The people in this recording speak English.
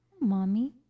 Mommy